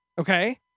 Okay